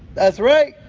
that's right.